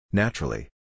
naturally